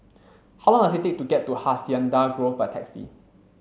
how long does it take to get to Hacienda Grove by taxi